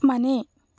ಮನೆ